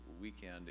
weekend